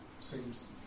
seems